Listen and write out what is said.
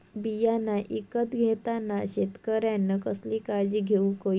बियाणा ईकत घेताना शेतकऱ्यानं कसली काळजी घेऊक होई?